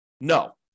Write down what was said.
No